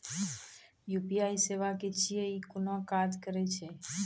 UPI सेवा की छियै? ई कूना काज करै छै?